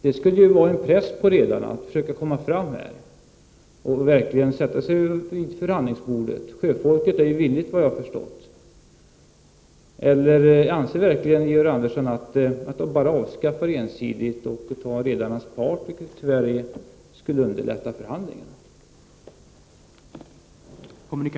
Det skulle ju innebära en press på redarna att försöka komma fram förhandlingsvägen och verkligen sätta sig vid förhandlingsbordet. Såsom jag förstått saken är sjöfolkets representanter villiga att göra det. Anser verkligen Georg Andersson att de ensidigt skall få avskaffa sjömanspensionen och ta redarnas parti, vilket tyvärr skulle underlätta förhandlingarna?